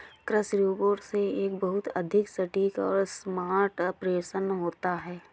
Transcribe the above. कृषि रोबोट से एक बहुत अधिक सटीक और स्मार्ट ऑपरेशन होता है